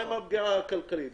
מה עם הפגיעה הכלכלית?